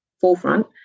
forefront